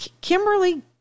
Kimberly